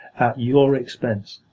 at your expense.